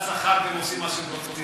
ככה מקימים ועדת שכר והם עושים מה שהם רוצים,